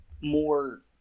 more